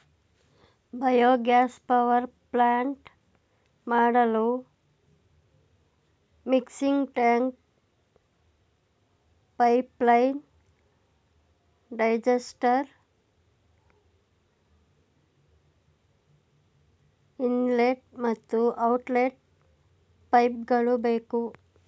biogas power plant ಮಾಡಲು mixing tank, pipeline, digester, inlet ಮತ್ತು outlet ಪೈಪ್ಗಳು ಬೇಕು